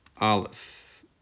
Aleph